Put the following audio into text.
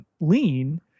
lean